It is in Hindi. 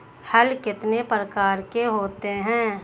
हल कितने प्रकार के होते हैं?